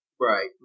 Right